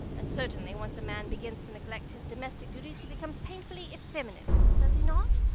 and certainly once a man begins to neglect his domestic duties he becomes painfully effeminate, does he not?